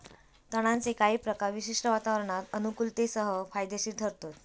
तणांचे काही प्रकार विशिष्ट वातावरणात अनुकुलतेसह फायदेशिर ठरतत